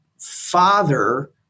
father